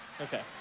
okay